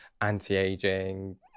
anti-aging